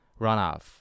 runoff